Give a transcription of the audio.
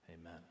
Amen